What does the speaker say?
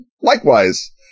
likewise